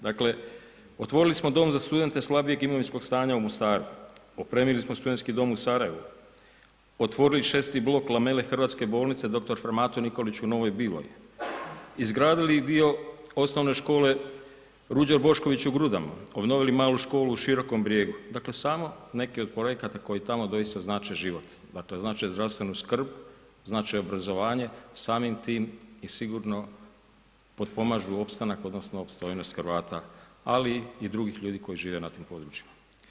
Dakle, otvorili smo dom za studente slabijeg imovinskog stanja u Mostaru, opremili smo studentski dom u Sarajevu, otvorili 6. blok lamele hrvatske bolnice dr. fra Mato Nikolić u Novoj Biloj, izgradili i dio OS Ruđer Bošković u Grudama, obnovili malu školu u Širokom Brijegu, dakle samo neki od projekata koji tamo doista znače život, dakle znače zdravstvenu skrb, znači obrazovanje, samim tim i sigurno potpomažu opstanaka odnosno opstojnost Hrvata ali i drugih ljudi koji žive na tim područjima.